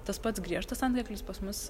tas pats griežtas antkaklis pas mus